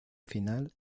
final